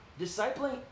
Discipling